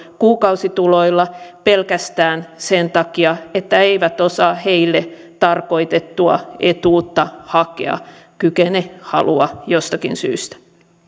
kuukausituloilla pelkästään sen takia että eivät osaa heille tarkoitettua etuutta hakea kykene halua jostakin syystä